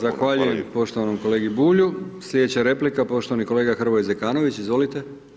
Zahvaljujem poštovanom kolegi Bulju, sljedeća replika, poštovani kolega Hrvoje Zekanović, izvolite.